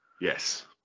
yes